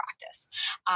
practice